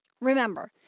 Remember